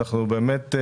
אין בעיה.